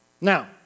Now